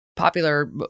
popular